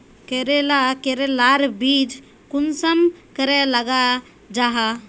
करेला करेलार बीज कुंसम करे लगा जाहा?